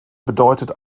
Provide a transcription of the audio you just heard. bedeutet